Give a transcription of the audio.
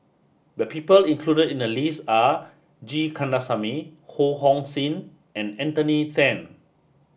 the people included in the list are G Kandasamy Ho Hong Sing and Anthony Then